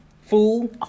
Fool